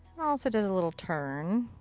also does a little turn.